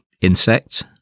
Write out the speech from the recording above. insect